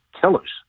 killers